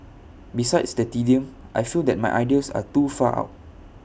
besides the tedium I feel that my ideas are too far out